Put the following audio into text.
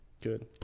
Good